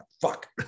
fuck